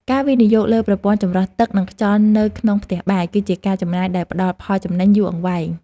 ការវិនិយោគលើប្រព័ន្ធចម្រោះទឹកនិងខ្យល់នៅក្នុងផ្ទះបាយ គឺជាការចំណាយដែលផ្តល់ផលចំណេញយូរអង្វែង។